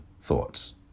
thoughts